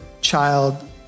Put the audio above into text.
child